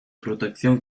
protección